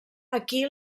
aquí